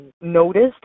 noticed